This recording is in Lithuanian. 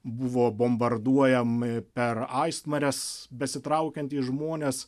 buvo bombarduojami per aistmares besitraukiantys žmonės